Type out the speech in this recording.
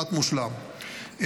כמעט מושלם.